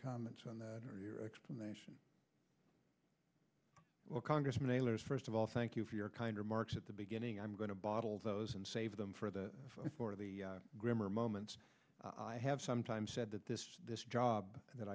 comments on that or your explanation well congressman nadler first of all thank you for your kind remarks at the beginning i'm going to bottle those and save them for the for the grammer moments i have sometimes said that this this job that